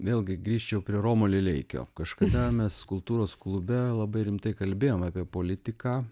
vėlgi grįžčiau prie romo lileikio kažkada mes kultūros klube labai rimtai kalbėjom apie politiką